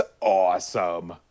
awesome